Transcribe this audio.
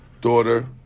daughter